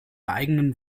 eigenen